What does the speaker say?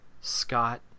Scott